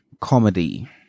comedy